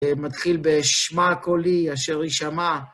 ומתחיל בשמה הקולי אשר היא שמעה.